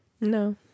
no